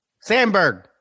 Sandberg